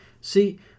See